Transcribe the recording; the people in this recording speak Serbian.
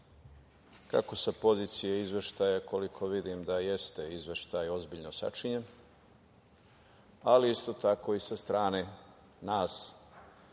kako sa pozicije izveštaja, koliko vidim da jeste izveštaj ozbiljno sačinjen, ali isto tako i sa strane nas